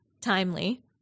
timely